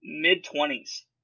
Mid-twenties